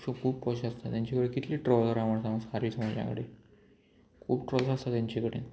खूब पोश आसता तेंचे कडेन कितले ट्रालर आसा म्हण सांगू खारवी समाजा कडेन खूब ट्रालर आसता तेंचे कडेन